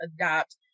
adopt